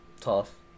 Tough